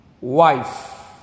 Wife